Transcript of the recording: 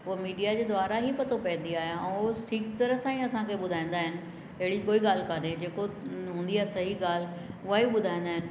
उहा मीडिया जे द्वारा ई पतो पवंदी आहियां ऐं उहो ठीक तरह सां ई असांखे ॿुधाईंदा आहिनि अहिड़ी कोई ॻाल्हि काने जेको हूंदी आहे सही ॻाल्हि उहा ई ॿुधाईंदा आहिनि